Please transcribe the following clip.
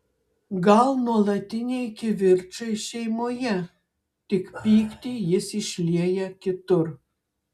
gal nuolatiniai kivirčai šeimoje tik pyktį jis išlieja kitur